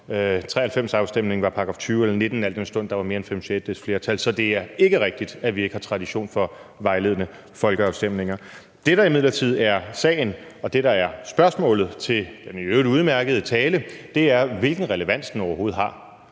1993-afstemningen var efter § 20 eller § 19, al den stund der var mere end fem sjettedeles flertal. Så det er ikke rigtigt, at vi ikke har tradition for vejledende folkeafstemninger. Det, der imidlertid er sagen, og det, der er spørgsmålet til den i øvrigt udmærkede tale, er, hvilken relevans den overhovedet har.